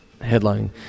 headline